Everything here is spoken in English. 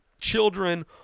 children